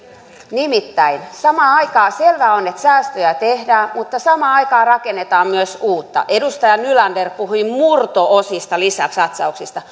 nimittäin selvää on että säästöjä tehdään mutta samaan aikaan rakennetaan myös uutta edustaja nylander puhui murto osista lisäsatsauksia